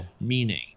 meaning